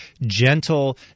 gentle